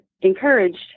encouraged